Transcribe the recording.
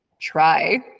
try